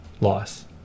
loss